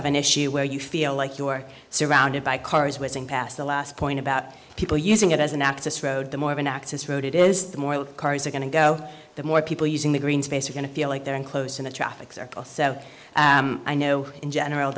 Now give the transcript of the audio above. have an issue where you feel like you're surrounded by cars whizzing past the last point about people using it as an access road the more of an access road it is the more cars are going to go the more people using the green space are going to feel like they're enclosed in a traffic circle so i know in general